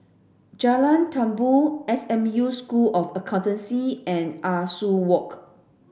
Jalan Tumpu S M U School of Accountancy and Ah Soo Walk